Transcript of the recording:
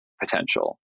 potential